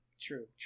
True